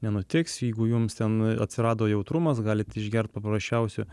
nenutiks jeigu jums ten atsirado jautrumas galit išgert paprasčiausių